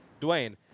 Dwayne